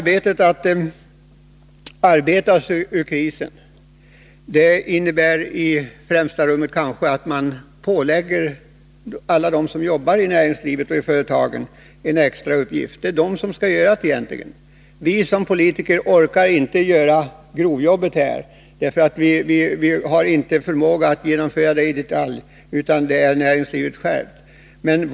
Att vi skall arbeta oss ur krisen innebär kanske i främsta rummet att man pålägger alla dem som arbetar i näringslivet och i företagen en extra uppgift — det är de som skall göra det. Vi politiker kan inte göra grovjobbet. Vi har inte förmåga att genomföra det i detalj, utan det är näringslivet självt som skall göra det.